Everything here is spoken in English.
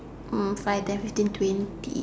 um five ten fifteen twenty